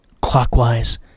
clockwise